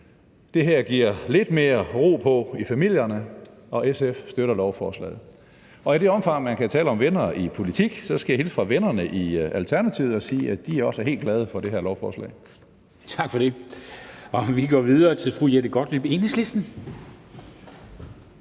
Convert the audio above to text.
Det her giver lidt mere ro på i familierne. SF støtter lovforslaget. Og i det omfang, man kan tale om venner i politik, skal jeg hilse fra vennerne i Alternativet og sige, at de også er helt glade for det her lovforslag. Kl. 10:09 Formanden (Henrik Dam Kristensen): Tak for det. Vi går videre til fru Jette Gottlieb, Enhedslisten.